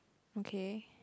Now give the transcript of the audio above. okay